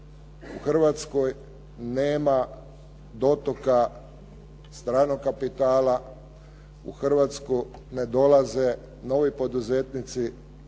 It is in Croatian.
u Hrvatskoj nema dotoka stranog kapitala, u Hrvatsku ne dolaze novi poduzetnici.